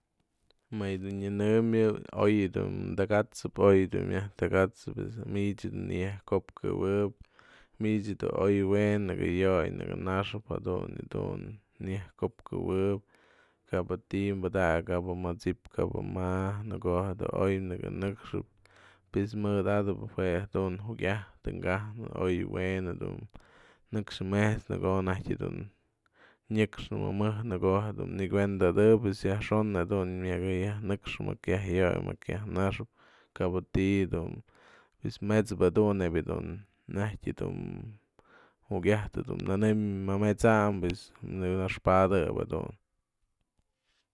Më yë dun nyanëmbë oy dun taka'asap, oy dun myaj taka'asap mich dun nëyajko'opkëwëp, mich dun oy we'en nëkë yo'oy nëkë naxa'ap, jadun yë dun nëyajko'opkëwëp kap je ti'i padakap kap mësi'ip kap je ma, në ko'o je dun oy nëkë nëxëp pues mëdatëp jue dun jukyatë tënka'ajnë oy we'en du nëkxë me'ej t'snë në ko'o näjtyë jadun nyëknë mjumëtë, në ko'o jedun nëkuenda'adëp pues yajxon jedun nëkë yaj nëkxëp mjak yaj yo'oy, jak yaj naxëp, kap ti'i dun pues met'sëp jedun nebya dun najtyë mjukiajtë du nënëm ma met'sany pues naxpadëp jedun.